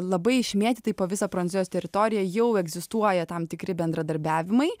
labai išmėtytai po visą prancūzijos teritoriją jau egzistuoja tam tikri bendradarbiavimai